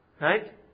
right